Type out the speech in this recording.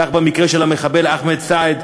כך במקרה של המחבל אחמד סעד,